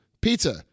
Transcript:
pizza